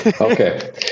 Okay